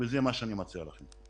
וזה מה שאני מציע לכם.